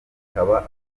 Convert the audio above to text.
ikaba